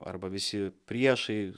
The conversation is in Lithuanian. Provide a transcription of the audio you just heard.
arba visi priešai